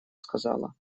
сказала